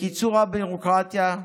קיצור הביורוקרטיה,